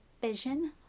vision